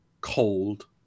cold